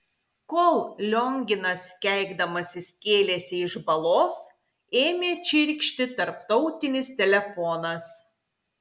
kol lionginas keikdamasis kėlėsi iš balos ėmė čirkšti tarptautinis telefonas